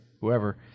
whoever